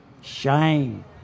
Shame